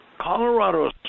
Colorado